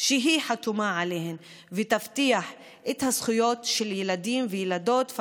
שהיא חתומה עליהן ותבטיח את הזכויות של ילדים וילדות,